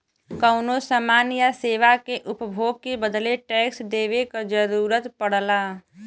कउनो समान या सेवा के उपभोग के बदले टैक्स देवे क जरुरत पड़ला